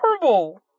Terrible